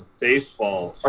baseball